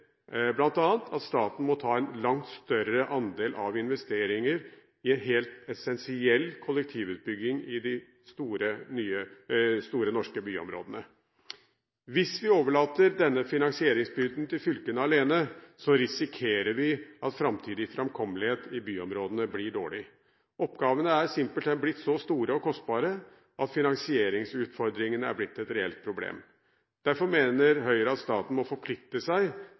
at staten må ta en langt større andel av investeringer i helt essensiell kollektivutbygging i de store norske byområdene. Hvis vi overlater denne finansieringsbyrden til fylkene alene, risikerer vi at framtidig framkommelighet i byområdene blir dårlig. Oppgavene er simpelthen blitt så store og kostbare at finansieringsutfordringen er blitt et reelt problem. Derfor mener Høyre at staten må forplikte seg